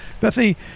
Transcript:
Bethany